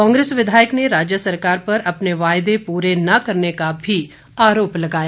कांग्रेस विधायक ने राज्य सरकार पर अपने वायदे पूरे न करने का आरोप भी लगाया